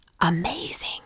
amazing